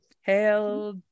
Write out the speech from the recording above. Hail